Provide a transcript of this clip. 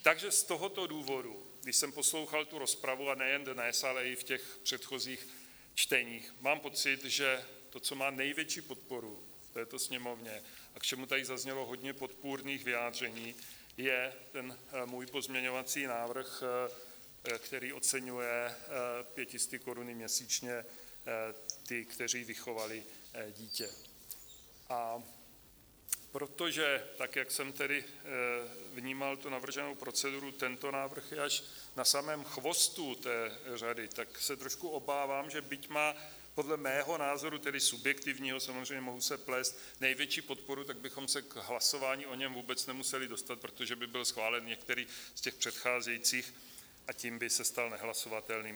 Takže z tohoto důvodu, když jsem poslouchal rozpravu, a nejen dnes, ale i v předchozích čteních, mám pocit, že to, co má největší podporu v této Sněmovně a k čemu tady zaznělo hodně podpůrných vyjádření, je můj pozměňovací návrh, který oceňuje 500 korunami měsíčně ty, kteří vychovali dítě, a protože tak, jak jsem tedy vnímal navrženou proceduru, tento návrh je až na samém chvostu té řady, tak se trošku obávám že byť má podle mého názoru, tedy subjektivního samozřejmě, mohu se plést největší podporu, tak bychom se k hlasování o něm vůbec nemuseli dostat, protože by byl schválen některý z těch předcházejících a tím by se stal nehlasovatelným.